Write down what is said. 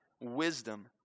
wisdom